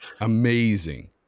Amazing